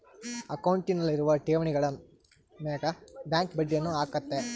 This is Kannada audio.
ಅಕೌಂಟ್ನಲ್ಲಿರುವ ಠೇವಣಿಗಳ ಮೇಗ ಬ್ಯಾಂಕ್ ಬಡ್ಡಿಯನ್ನ ಹಾಕ್ಕತೆ